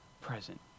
present